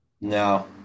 no